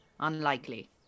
unlikely